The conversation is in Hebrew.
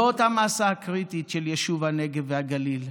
זאת המסה הקריטית של יישוב הנגב והגליל,